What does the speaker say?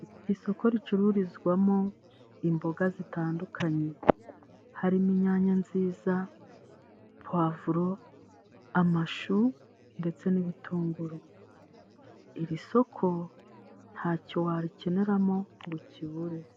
Isoko ricururizwamo imboga zitandukanye harimo inyanya nziza, puwavuro, amashu ndetse n'ibitunguru Iri soko nta cyo warikeneramo ngo ukibure.